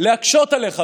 להקשות עליך,